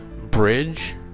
bridge